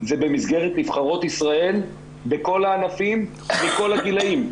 זה במסגרת נבחרות ישראל בכל הענפים מכל הגילאים.